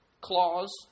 Clause